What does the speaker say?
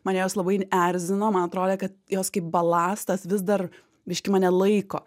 mane jos labai erzino man atrodė kad jos kaip balastas vis dar biškį mane laiko